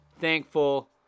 thankful